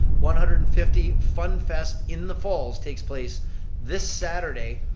one hundred and fifty funfest in the falls takes place this saturday,